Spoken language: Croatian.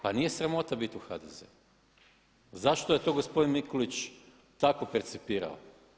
Pa nije sramota biti u HDZ-u, zašto je to gospodin Mikulić tako percipirao.